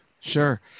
Sure